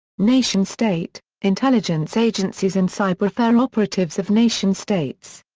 nation state intelligence agencies and cyberwarfare operatives of nation states.